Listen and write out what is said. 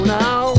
now